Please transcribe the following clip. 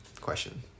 question